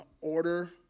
order